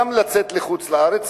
וגם לצאת לחוץ-לארץ,